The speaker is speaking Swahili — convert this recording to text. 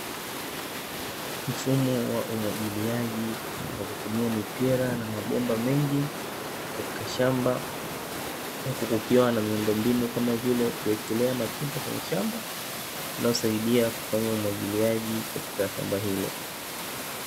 Mfumo wa umwagiliaji kwa kutumia mipira na mabomba mengi katika shamba huku kukiwa na miundo mbinu kama vile: kuwekelea matunda kwenye shamba inayosaidia kufanya umwagiliaji katika shamba hilo.